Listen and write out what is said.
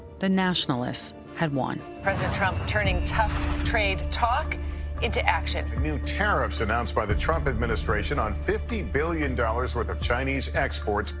the nationalists had won. president trump turning tough trade talk into action. new tariffs announced by the trump administration on fifty billion dollars worth of chinese exports.